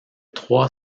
trois